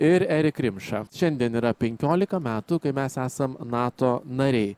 ir erik rimša šiandien yra penkiolika metų kai mes esam nato nariai